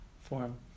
form